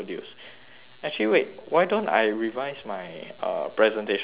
actually wait why don't I revise my uh presentation for tomorrow